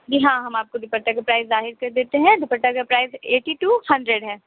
جی ہاں ہم آپ کو دوپٹہ کا پرائز ظاہر کر دیتے ہیں دوپٹہ کا پرائز ایٹی ٹو ہنڈریڈ ہے